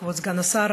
כבוד סגן השר,